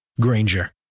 Granger